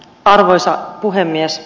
arvoisa puhemies